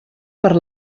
per